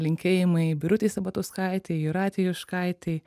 linkėjimai birutei sabatauskaitei jūratei juškaitei